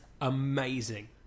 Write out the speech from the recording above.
amazing